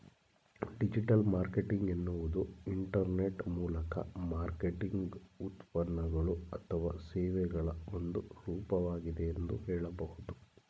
digital marketing ಎನ್ನುವುದು internet ಮೂಲಕ marketing ಉತ್ಪನ್ನಗಳು ಅಥವಾ ಸೇವೆಗಳ ಒಂದು ರೂಪವಾಗಿದೆ ಎಂದು ಹೇಳಬಹುದು